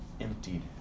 emptied